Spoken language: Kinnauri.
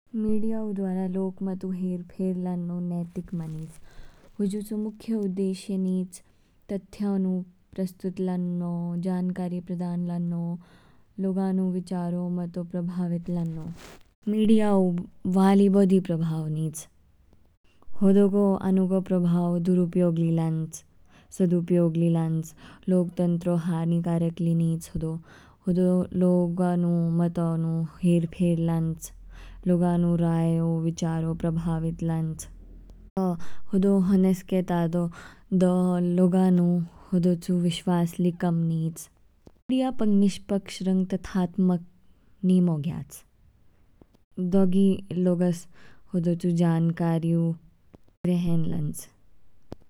मीडिया ऊ द्वारा लोक मत्तो हेर फेर लान्नो नैतिक मानिच। हुजु चू मुख्य उदेश्य नीच तथ्यों नु प्रस्तुत लान्नो, जानकारी प्रदान लान्नो, लोगा नु विचारों, मतो प्रभावित लान्नो। मीडिया ऊ वाली बोधि प्रभावि नीच, होदो गो आनु गो प्रभाव ओ दुरूपयोग ली लांच, सदुपयोग ली लांच। लोकतंत्रो हानिकारक ली नीच। होदो, होदो लोगा नु, मतो नु हेर फेर लांच। लोगा नु राय ओ विचारों प्रभावित लांच। दोगो हनेस्के तादो, दो लोगा नु होदो चू विश्वास ली कम निच। मीडिया पंग निष्पक्ष रंग तथात्मक निमो ग्याच। दो गी लोग्स होदो चू जानकारी ऊ ग्रहण लांच।